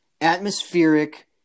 atmospheric